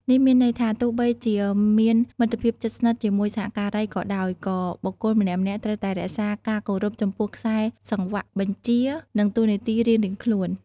នេះមានន័យថា ទោះបីជាមានមិត្តភាពជិតស្និទ្ធជាមួយសហការីក៏ដោយ ក៏បុគ្គលម្នាក់ៗត្រូវតែរក្សាការគោរពចំពោះខ្សែសង្វាក់បញ្ជា និងតួនាទីរៀងៗខ្លួន។